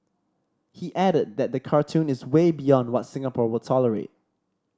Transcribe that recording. he added that the cartoon is way beyond what Singapore will tolerate